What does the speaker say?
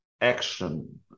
action